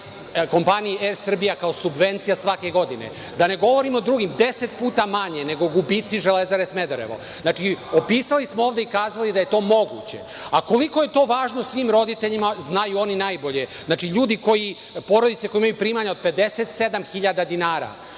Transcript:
Kompaniji „Er Srbija“ kao subvencija svake godine, a da ne govorim o drugim. To je deset puta manje nego gubici Železare Smederevo. Znači, opisali smo ovde i kazali da je to moguće, a koliko je to važno svim roditeljima, znaju oni najbolje. Znači, porodice koje imaju primanja od 57.000 dinara,